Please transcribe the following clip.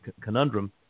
conundrum